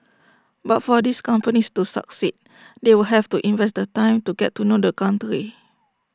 but for these companies to succeed they will have to invest the time to get to know the country